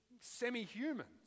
semi-humans